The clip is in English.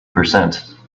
percent